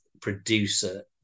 producer